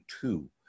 two